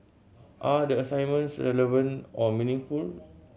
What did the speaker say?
are the assignments relevant or meaningful